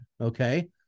Okay